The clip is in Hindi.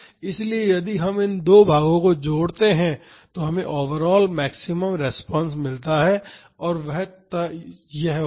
इसलिए यदि हम इन दो भागों को जोड़ते हैं तो हमें ओवरऑल मैक्सिमम रिस्पांस मिलता है और वह यह होगा